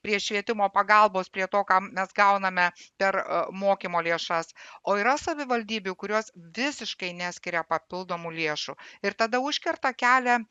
prie švietimo pagalbos prie to ką mes gauname per a mokymo lėšas o yra savivaldybių kurios visiškai neskiria papildomų lėšų ir tada užkerta kelią